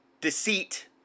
Deceit